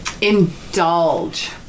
indulge